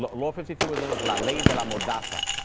law fifty three was known as la ley de la modasa,